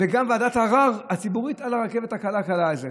וגם ועדת הערר הציבורית על הרכבת הקלה קראה את זה.